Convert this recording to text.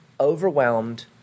overwhelmed